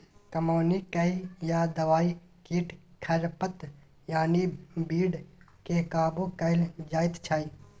कमौनी कए या दबाइ छीट खरपात यानी बीड केँ काबु कएल जाइत छै